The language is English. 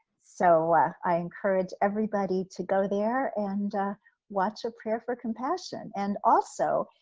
so i encourage everybody to go there and watch a prayer for compassion. and also,